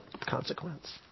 consequence